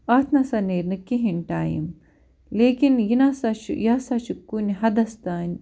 اَتھ نَسا نیرِِ نہٕ کِہیٖنٛۍ ٹایِم لیکن یہِ نَسا چھُ یہِ ہسا چھُ کُنہِ حدس تانۍ